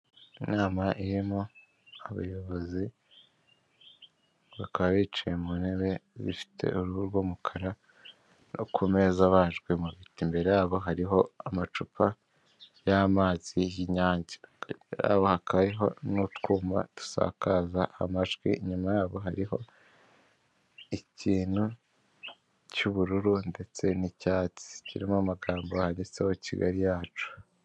Inama irimo abayobozi bakaba bicaye mu ntebe zifite uruhu rw'umukara no ku meza abajwe mu biti. Imbere yabo hariho amacupa y'amazi y'inyange. imbere yabo hakaba hariho n'utwuma dusakaza amajwi. Inyuma yabo hariho ikintu cy'ubururu ndetse n'icyatsi kirimo amagambo yanditseho Kigali yacu.